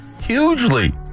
Hugely